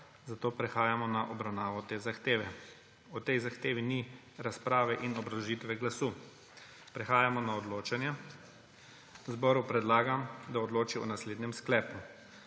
zato prehajamo na obravnavo te zahteve. O tej zahtevi ni razprave in obrazložitve glasu. Prehajamo na odločanje. Zboru predlagam, da odloči o naslednjem sklepu: